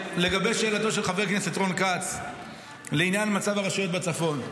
לגבי שאלתו של חבר הכנסת רון כץ בעניין מצב הרשויות בצפון.